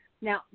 Now